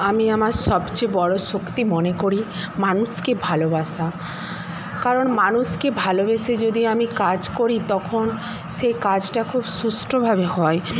আমি আমার সবচেয়ে বড় শক্তি মনে করি মানুষকে ভালোবাসা কারণ মানুষকে ভালোবেসে যদি আমি কাজ করি তখন সেই কাজটা খুব সুষ্ঠভাবে হয়